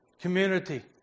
community